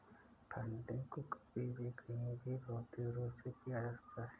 funding को कभी भी कहीं भी भौतिक रूप से किया जा सकता है